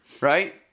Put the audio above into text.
right